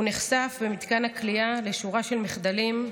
הוא נחשף במתקן הכליאה לשורה של מחדלים,